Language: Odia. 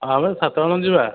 ଆମେ ସାତ ଜଣ ଯିବା